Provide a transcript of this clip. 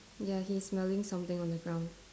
ya he's smelling something on the ground